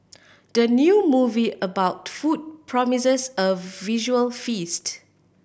the new movie about food promises a visual feast